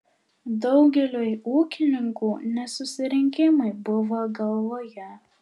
daugeliui ūkininkų ne susirinkimai buvo galvoje